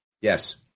Yes